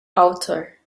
author